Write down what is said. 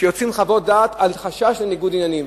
שיוצאות חוות דעת על חשש לניגוד עניינים,